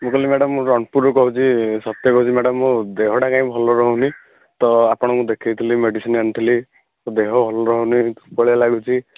ମୁଁ କହିଲି ମ୍ୟାଡ଼ମ୍ ମୁଁ ରଣପୁରରୁ କହୁଛି ସତ୍ୟ କହୁଛି ମ୍ୟାଡ଼ମ୍ ମୋ ଦେହଟା କାଇଁ ଭଲ ରହୁନି ତ ଆପଣଙ୍କୁ ଦେଖାଇଥିଲି ମେଡ଼ିସିନ୍ ଆଣିଥିଲି ମୋ ଦେହ ଭଲ ରହୁନି ଦୁର୍ବଳିଆ ଲାଗୁଛି